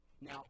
Now